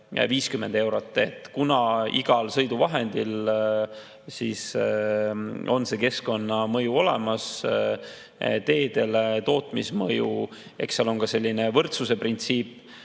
50 eurot. Kuna igal sõiduvahendil on see keskkonnamõju olemas, [mõju] teedele, tootmismõju, eks seal on ka selline võrdsuse printsiip